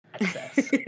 access